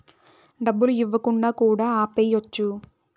డబ్బులు ఇవ్వకుండా కూడా ఆపేయచ్చు